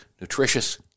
nutritious